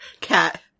cat